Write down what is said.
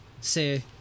say